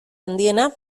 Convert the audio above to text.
handiena